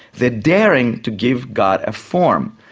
the daring to give god a form,